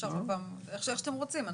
איך שאתם רוצים.